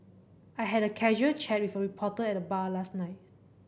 I had a casual chat with a reporter at the bar last night